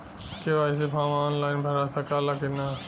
KYC form online भरा सकला की ना?